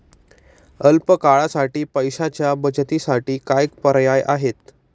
अल्प काळासाठी पैशाच्या बचतीसाठी काय पर्याय आहेत?